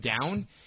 down